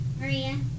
Maria